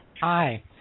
Hi